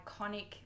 iconic